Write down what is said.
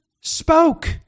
spoke